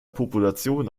population